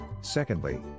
Secondly